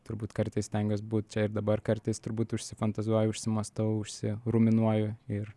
turbūt kartais stengiuos būt čia ir dabar kartais turbūt užsifantazuoju užsimąstau užsi ruminuoju ir